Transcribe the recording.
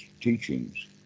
teachings